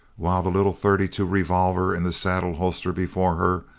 while the little thirty-two revolver in the saddle holster before her,